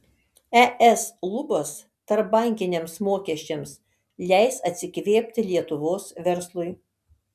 es lubos tarpbankiniams mokesčiams leis atsikvėpti lietuvos verslui